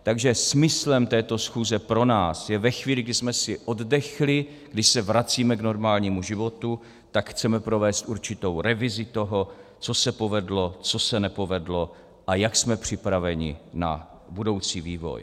Takže smyslem této schůze pro nás je ve chvíli, kdy jsme si oddechli, kdy se vracíme k normálnímu životu, provést určitou revizi toho, co se povedlo, co se nepovedlo a jak jsme připraveni na budoucí vývoj.